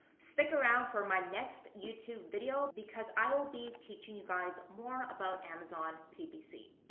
stick around for my next youtube video because i will be teaching you guys more about amazon ppc.